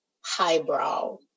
highbrow